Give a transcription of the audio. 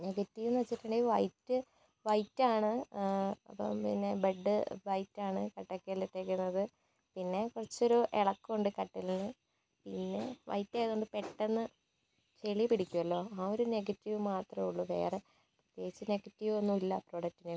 നെഗറ്റീവെന്ന് വെച്ചിട്ടുണ്ടെങ്കിൽ വൈറ്റ് വൈറ്റാണ് അപ്പോൾ പിന്നെ ബെഡ് വൈറ്റാണ് കട്ടക്കേലിട്ടിരിക്കുന്നത് പിന്നെ കുറച്ചൊരു ഇളക്കമുണ്ട് കട്ടിലിന് പിന്നെ വൈറ്റ് ആയതുകൊണ്ട് പെട്ടന്ന് ചെളി പിടിക്കൊല്ലോ ആ ഒരു നെഗറ്റീവ് മാത്രമെ ഉള്ളു വേറെ പ്രത്യേകിച്ച് നെഗറ്റീവ് ഒന്നും ഇല്ല പ്രൊഡക്റ്റിനെ കുറിച്ച്